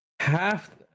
Half